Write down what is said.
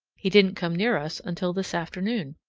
he didn't come near us until this afternoon,